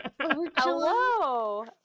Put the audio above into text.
hello